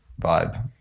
vibe